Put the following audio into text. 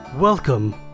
Welcome